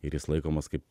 ir jis laikomas kaip